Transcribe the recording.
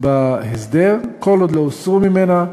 בהסדר כל עוד לא הוסרו ממנה.